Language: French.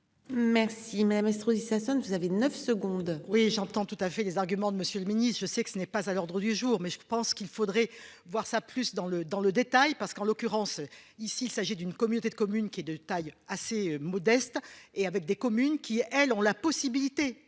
Merci madame Estrosi Sassone vous avez 9 secondes. Oui j'entends tout à fait des arguments de Monsieur le Ministre, je sais que ce n'est pas à l'ordre du jour mais je pense qu'il faudrait voir ça plus dans le, dans le détail parce qu'en l'occurrence ici, il s'agit d'une communauté de communes qui est de taille assez modeste et avec des communes qui elles ont la possibilité